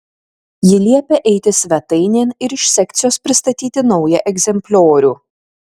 ji liepia eiti svetainėn ir iš sekcijos pristatyti naują egzempliorių